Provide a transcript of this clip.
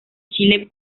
chile